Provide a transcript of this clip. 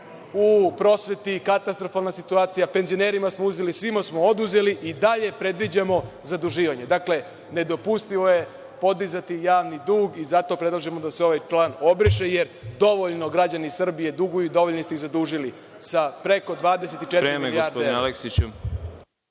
u prosveti katastrofalna situacija, penzionerima smo uzeli, svima smo oduzeli i dalje predviđamo zaduživanja. Dakle, nedopustivo je podizati javni dug i zato predlažemo da se ovaj član obriše, jer dovoljno građani Srbije duguju, dovoljno ste ih zadužili sa preko 24 milijarde.